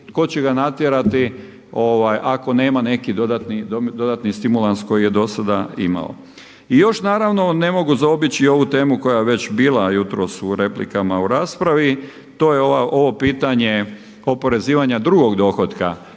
tko će ga natjerati ako nema neki dodatni stimulans koji je do sada imao. I još naravno ne mogu zaobići i ovu temu koja je već bila jutros u replikama u raspravi, to je ovo pitanje oporezivanja drugog dohotka.